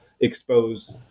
expose